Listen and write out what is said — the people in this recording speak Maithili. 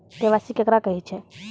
के.वाई.सी केकरा कहैत छै?